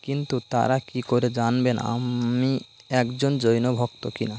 কিন্তু তারা কী করে জানবেন আমি একজন জৈন ভক্ত কিনা